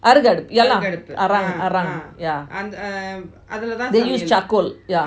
அறகடுப்பு:aragadupu lah எல்லாம் அரங் அரங்:ellam arang arang they used charcoal yeah